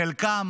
חלקם